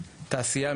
תעשייה,